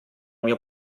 mio